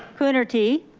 coonerty?